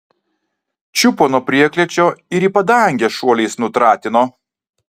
čiupo nuo prieklėčio ir į padangę šuoliais nutratino